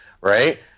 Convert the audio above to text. right